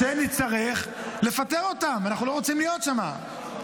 -- שנצטרך לפטר אותם, ואנחנו לא רוצים להיות שמה.